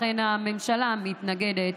לכן, הממשלה מתנגדת,